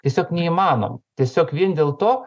tiesiog neįmanoma tiesiog vien dėl to